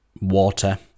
water